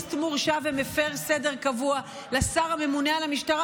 טרוריסט מורשע ומפר סדר קבוע לשר הממונה על המשטרה,